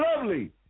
Lovely